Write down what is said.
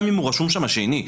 גם אם הוא רשום שם שני,